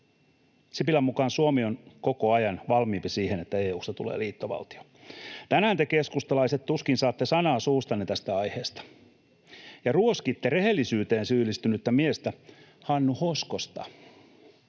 Sipilän mukaan Suomi on koko ajan valmiimpi siihen, että EU:sta tulee liittovaltio. Tänään te keskustalaiset tuskin saatte sanaa suustanne tästä aiheesta ja ruoskitte rehellisyyteen syyllistynyttä miestä, Hannu Hoskosta.